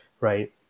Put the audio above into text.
right